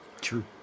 True